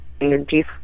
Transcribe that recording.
energy